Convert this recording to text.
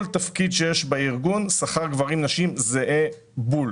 תפקיד שיש בארגון שכר גברים ונשים זהה בול.